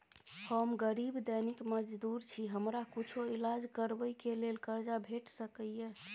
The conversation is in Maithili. हम गरीब दैनिक मजदूर छी, हमरा कुछो ईलाज करबै के लेल कर्जा भेट सकै इ?